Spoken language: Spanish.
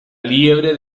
liebre